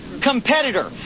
competitor